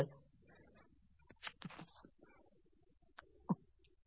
കൂടാതെ ഞാനും ഒരു മകളാണ്